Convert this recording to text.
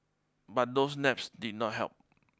but those naps did not help